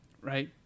right